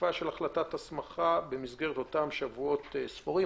תוקפה של החלטת ההסמכה במסגרת אותם שבועות ספורים.